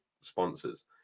sponsors